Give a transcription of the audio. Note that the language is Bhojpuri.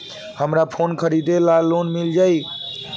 हमरा फोन खरीदे ला लोन मिल जायी?